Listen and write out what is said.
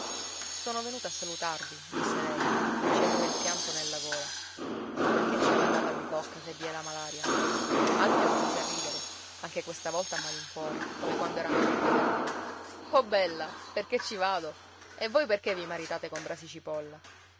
sono venuta a salutarvi disse lei e ci aveva il pianto nella gola perché ci andate alla bicocca se vi è la malaria alfio si mise a ridere anche questa volta a malincuore come quando era andato a dirle addio o bella perché ci vado e voi perché vi maritate con brasi cipolla